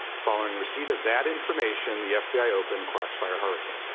following receipt of that information, the f b i. opened crossfire hurricane.